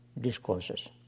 discourses